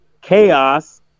chaos